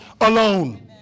alone